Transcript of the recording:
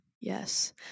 Yes